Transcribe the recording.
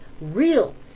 real